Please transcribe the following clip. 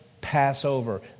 Passover